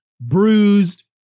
bruised